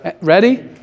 Ready